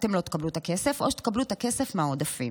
שאתם לא תקבלו את הכסף או שתקבלו את הכסף מהעודפים.